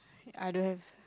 I don't have